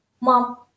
mom